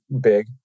big